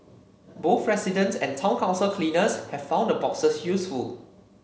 both residents and town council cleaners have found the boxes useful